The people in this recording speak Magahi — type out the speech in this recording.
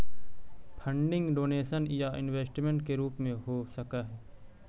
फंडिंग डोनेशन या इन्वेस्टमेंट के रूप में हो सकऽ हई